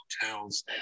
hotels